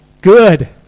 good